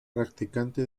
practicante